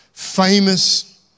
famous